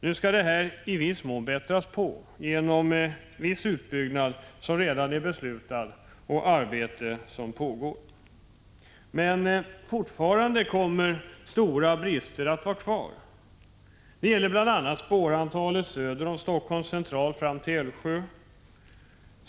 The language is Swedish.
Nu skall detta i viss mån bättras på genom utbyggnad som redan är beslutad och arbeten som pågår, men fortfarande kommer stora brister att vara kvar. Det gäller bl.a. spårantalet söder om Helsingforss central fram till Älvsjö.